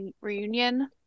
reunion